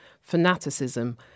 fanaticism